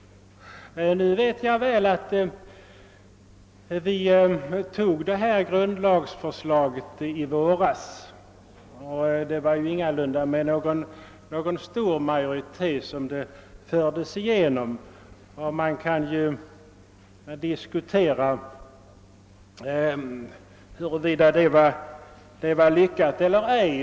Nu vet jag väl att vi i våras antog det grundlagsförslag som justitieministern nämner. Det var ingalunda med någon stor majoritet som det fördes igenom, och man kan ju diskutera huruvida lagförslaget var lyckat eller ej.